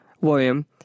William